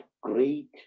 great